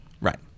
right